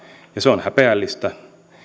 ja se on häpeällistä